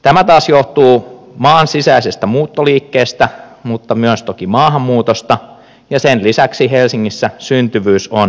tämä taas johtuu maan sisäisestä muuttoliikkeestä mutta myös toki maahanmuutosta ja sen lisäksi helsingissä syntyvyys on varsin korkea